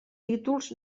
títols